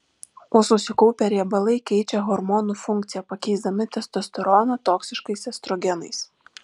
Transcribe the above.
o susikaupę riebalai keičia hormonų funkciją pakeisdami testosteroną toksiškais estrogenais